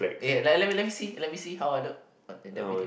eh let let me see let me see how I look in that video